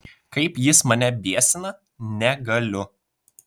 kaip jis mane biesina negaliu